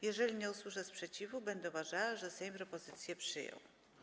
Jeżeli nie usłyszę sprzeciwu, będę uważała, że Sejm propozycję przyjął.